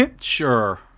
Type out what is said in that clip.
Sure